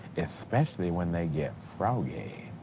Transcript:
especially when they get froggy.